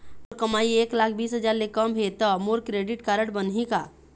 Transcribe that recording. मोर कमाई एक लाख बीस हजार ले कम हे त मोर क्रेडिट कारड बनही का?